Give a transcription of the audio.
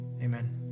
Amen